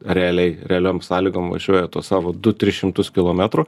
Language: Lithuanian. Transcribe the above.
realiai realiom sąlygom važiuoja tuos savo du tris šimtus kilometrų